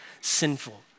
sinful